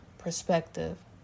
perspective